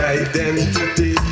identity